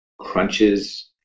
crunches